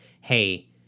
hey